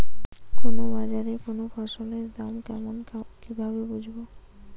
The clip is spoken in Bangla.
কোন বাজারে কোন ফসলের দাম কেমন কি ভাবে বুঝব?